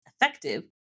effective